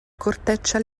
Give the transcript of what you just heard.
corteccia